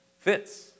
Fits